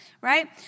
right